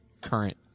current